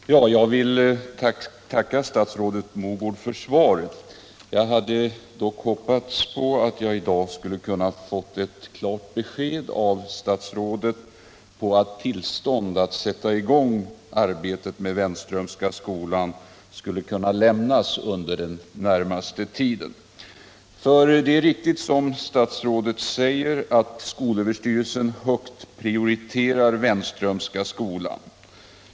Herr talman! Jag vill tacka statsrådet Mogård för svaret. Jag hade dock hoppats att jag i dag skulle ha kunnat få ett klart besked av statsrådet om att tillstånd att sätta i gång arbetet med Wenströmska skolan skulle kunna lämnas under den närmaste tiden. Det är nämligen riktigt som statsrådet säger, att skolöverstyrelsen högt prioriterar den här skolan.